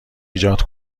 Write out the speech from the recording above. ایجاد